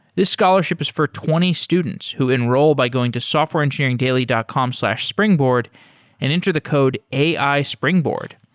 this scholarship is for twenty students who enroll by going to softwareengineeringdaily dot com slash springboard and enter the code ai springboard.